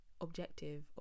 objective